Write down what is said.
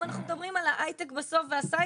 אם אנחנו מדברים על ההייטק בסוף והסייבר,